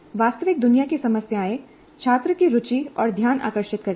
वास्तविक दुनिया की समस्याएं छात्र की रुचि और ध्यान आकर्षित करती हैं